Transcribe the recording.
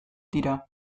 dira